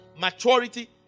maturity